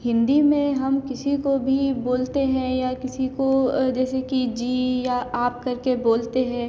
हिन्दी में हम किसी को भी बोलते हैं या किसी को जैसे कि जी या आप करके बोलते है